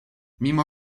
mimo